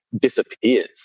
disappears